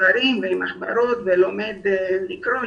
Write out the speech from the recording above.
ספרים ומחברות ולומד קריאה,